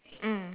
mm